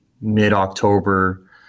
mid-october